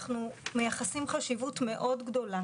אנחנו מייחסים חשיבות גדולה מאוד